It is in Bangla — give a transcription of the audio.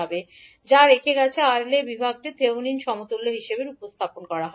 যা তে রেখে গেছে 𝑅𝐿 এই বিভাগটিকে থেভেনিন সমতুল্য হিসাবে উপস্থাপন করা দরকার